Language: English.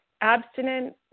abstinent